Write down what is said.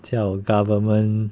叫 government